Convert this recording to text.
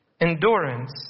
endurance